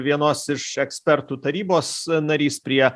vienos iš ekspertų tarybos narys prie